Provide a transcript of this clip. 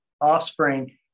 offspring